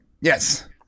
Yes